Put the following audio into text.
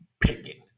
picking